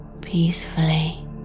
peacefully